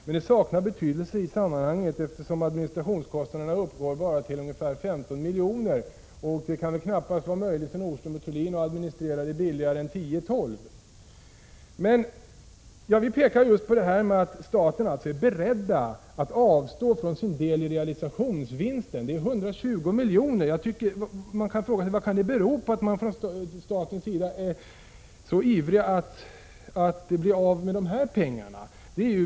Men detta saknar betydelse i sammanhanget, eftersom Gotlandsbolagets administrationskostnader bara uppgår till ungefär 15 milj.kr. Det kan väl knappast vara möjligt för Nordström & Thulin att administrera trafiken billigare än för 10-12 milj.kr. Men jag vill peka just på detta att staten är beredd att avstå från sin del i realisationsvinsten. Det rör sig om 120 milj.kr., och man frågar sig: Vad kan det bero på att staten är så ivrig att bli av med de här pengarna?